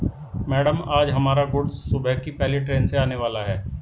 madam आज हमारा goods सुबह की पहली ट्रैन से आने वाला है